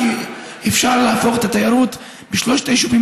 כי אפשר להפוך את התיירות בשלושת היישובים